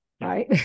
right